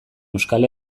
euskal